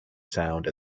sound